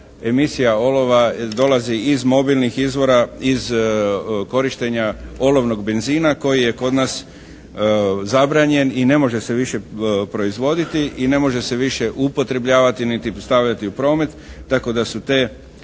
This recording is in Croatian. emisija olova dolazi iz mobilnih izvora, iz korištenja olovnog benzina koji je kod nas zabranjen i ne može se više proizvoditi i ne može se više upotrebljavati niti stavljati u promet tako da su te